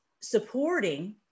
supporting